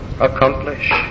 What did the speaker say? accomplish